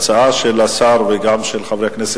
הצעה של השר וגם של חברי הכנסת,